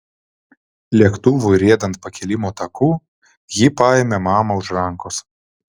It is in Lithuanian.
lėktuvui riedant pakilimo taku ji paėmė mamą už rankos